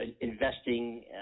Investing